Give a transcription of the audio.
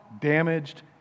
damaged